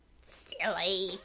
silly